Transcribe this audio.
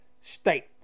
state